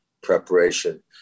preparation